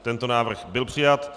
Tento návrh byl přijat.